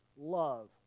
love